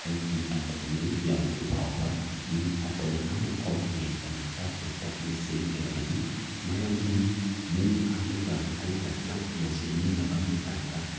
ꯑꯩꯒꯤ ꯄꯟꯊꯨꯡꯗꯨ ꯌꯧꯗ꯭ꯔꯤ ꯐꯥꯎꯕ ꯃꯤ ꯑꯇꯩ ꯑꯃꯐꯥꯎ ꯌꯦꯡꯗꯅ ꯇꯞꯅ ꯇꯞꯅ ꯆꯦꯟꯒꯗꯕꯅꯤ ꯃꯔꯝꯗꯤ ꯃꯤ ꯑꯗꯨꯒ ꯑꯩꯒ ꯅꯛꯅꯅ ꯆꯦꯟꯃꯤꯟꯅꯕ ꯃꯇꯝꯗ